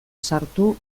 sartu